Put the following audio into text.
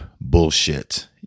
bullshit